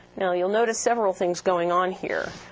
now, you'll notice several things going on here.